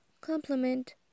complement